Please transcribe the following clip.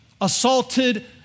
assaulted